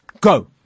Go